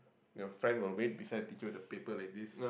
your friend will wait beside the teacher with the paper like this